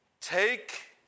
take